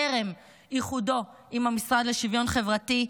טרם איחודו עם המשרד לשוויון חברתי,